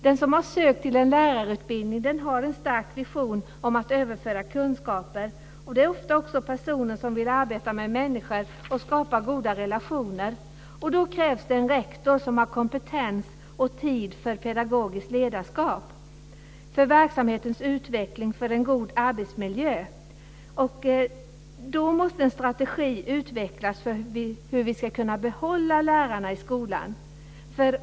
Den som sökt till lärarutbildning har en stark vision om att överföra kunskaper. Det är oftast också personer som vill arbeta med människor och skapa goda relationer. Det krävs då en rektor som har kompetens och tid för pedagogiskt ledarskap för verksamhetens utveckling och en god arbetsmiljö. Då måste en strategi utvecklas för att vi ska kunna behålla lärarna i skolan.